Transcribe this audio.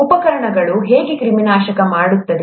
ಉಪಕರಣಗಳನ್ನು ಹೇಗೆ ಕ್ರಿಮಿನಾಶಕ ಮಾಡಲಾಗುತ್ತದೆ